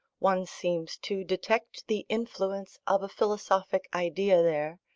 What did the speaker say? one seems to detect the influence of a philosophic idea there,